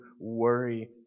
worry